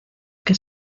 que